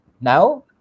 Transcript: Now